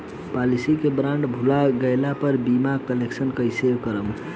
Policy के bond भुला गैला पर बीमा क्लेम कईसे करम?